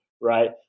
right